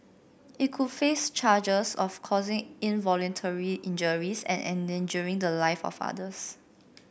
it could face charges of causing involuntary injuries and endangering the lives of others